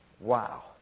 Wow